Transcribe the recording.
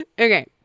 Okay